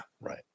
right